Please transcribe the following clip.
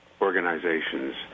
organizations